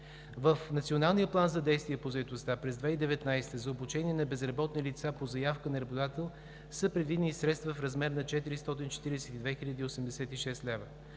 през 2019 г. за обучение на безработни лица по заявка на работодател са предвидени средства в размер на 442 хил.